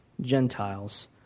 Gentiles